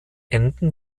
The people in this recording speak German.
enden